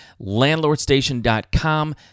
landlordstation.com